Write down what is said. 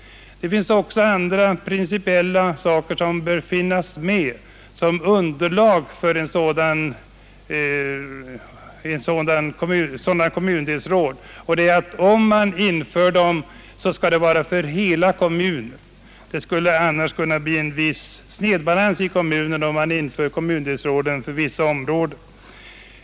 Det finns också andra principiella saker som bör beaktas i detta sammanhang, t.ex. vilket underlag som bör finnas för kommundelsråd. Om sådana införes skall de finnas för hela kommunen. Det skulle annars kunna bli en viss snedbalans i kommunen, om man införde kommundelsråd endast för vissa områden.